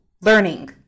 learning